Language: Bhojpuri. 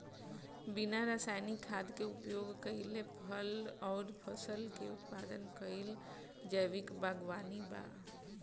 बिना रासायनिक खाद क उपयोग कइले फल अउर फसल क उत्पादन कइल जैविक बागवानी बा